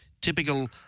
typical